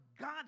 God